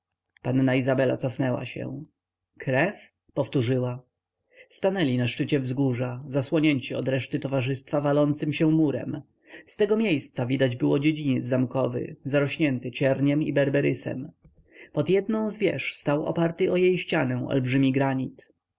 panna izabela cofnęła się krew powtórzyła stanęli na szczycie wzgórza zasłonięci od reszty towarzystwa walącym się murem z tego miejsca widać było dziedziniec zamkowy zarośnięty cierniem i berberysem pod jedną z wież stał oparty o jej ścianę olbrzymi granit